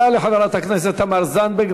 תודה לחברת הכנסת תמר זנדברג.